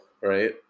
right